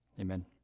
Amen